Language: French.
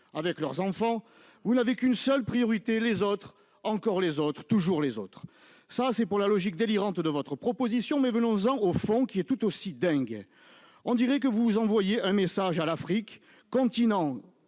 avec leurs enfants, vous n'avez qu'une seule priorité : les autres encore les autres toujours les autres, ça c'est pour la logique délirante de votre proposition mais venons-en au fond qui est tout aussi dingue, on dirait que vous envoyez un message à l'Afrique Continents